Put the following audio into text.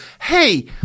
Hey